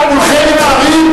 כולכם מתחרים?